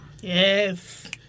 Yes